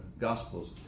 Gospels